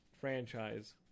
franchise